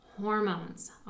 Hormones